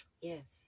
Yes